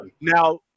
Now